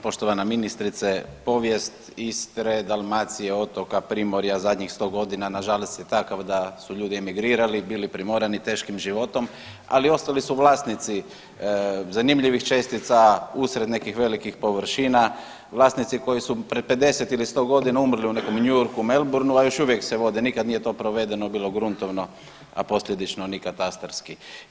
Poštovana ministrice, povijest Istre, Dalmacije, otoka i primorja zadnjih 100.g. nažalost je takav da su ljudi emigrirali i bili primorani teškim životom, ali ostali su vlasnici zanimljivih čestica usred nekih velikih površina, vlasnici koji su pre 50 ili 100.g. umrli u nekom New Yourku, Melborneu, a još uvijek se vode, nikad nije to provedeno bilo gruntovno, a posljedično ni katastarski.